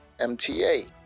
MTA